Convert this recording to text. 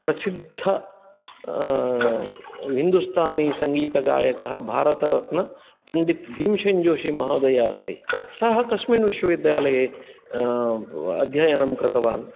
प्रसिद्ध हिन्दुस्तानि सङ्गीतगायकः भारतरत्न पण्डित भीमसेन् जोशी महोदय अस्ति सः कस्मिन्विश्वविद्यालये अध्ययनं कृतवान्